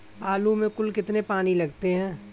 आलू में कुल कितने पानी लगते हैं?